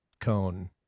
cone